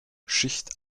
schicht